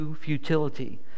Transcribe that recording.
futility